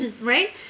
right